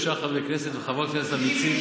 היו פה 63 חברי כנסת וחברות כנסת אמיצים,